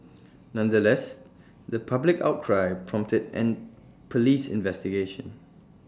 nonetheless the public outcry prompted an Police investigation